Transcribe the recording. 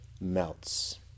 melts